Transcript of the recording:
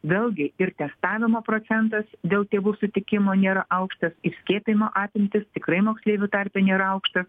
vėlgi ir testavimo procentas dėl tėvų sutikimo nėra aukštas ir skiepijimo apimtys tikrai moksleivių tarpe nėra aukštas